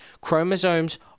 Chromosomes